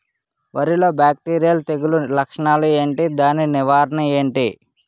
వరి లో బ్యాక్టీరియల్ తెగులు లక్షణాలు ఏంటి? దాని నివారణ ఏంటి?